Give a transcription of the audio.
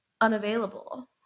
unavailable